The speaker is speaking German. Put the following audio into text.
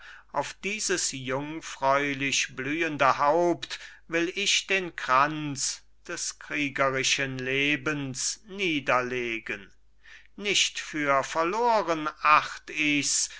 auf dieses jungfräulich blühende haupt will ich den kranz des kriegerischen lebens niederlegen nicht für verloren acht ichs